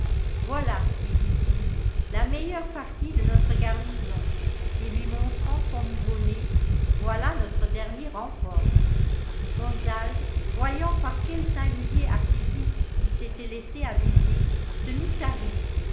voilà lui dit-il la meilleure partie de notre garnison et lui montrant son nouveau né voilà notre dernier renfort gonzalve voyant par quel singulier artifice il s'était laissé abuser se mit à rire